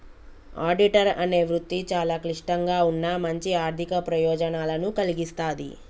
auditor అనే వృత్తి చాలా క్లిష్టంగా ఉన్నా మంచి ఆర్ధిక ప్రయోజనాలను కల్గిస్తాది